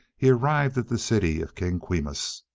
he arrived at the city of king quimus.